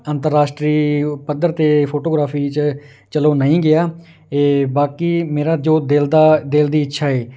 ਅੰਤਰਰਾਸ਼ਟਰੀ ਪੱਧਰ 'ਤੇ ਫੋਟੋਗ੍ਰਾਫੀ 'ਚ ਚਲੋ ਨਹੀਂ ਗਿਆ ਇਹ ਬਾਕੀ ਮੇਰਾ ਜੋ ਦਿਲ ਦਾ ਦਿਲ ਦੀ ਇੱਛਾ ਹੈ